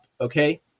Okay